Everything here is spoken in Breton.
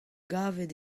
gavet